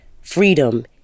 freedom